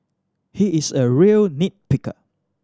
he is a real nit picker